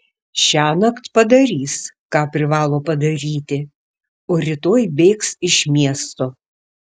šiąnakt padarys ką privalo padaryti o rytoj bėgs iš miesto